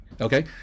Okay